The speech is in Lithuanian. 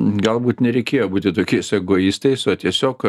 galbūt nereikėjo būti tokiais egoistais o tiesiog